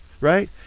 right